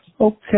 Okay